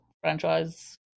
franchise